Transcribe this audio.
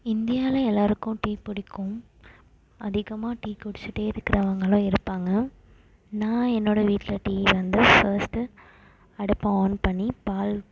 இந்தியாவில் எல்லோருக்கும் டீ பிடிக்கும் அதிகமாக டீ குடிச்சிட்டே இருக்கிறவங்களும் இருப்பாங்க நான் என்னோட வீட்டில் டீ வந்து ஃபர்ஸ்டு அடுப்பை ஆன் பண்ணி பால்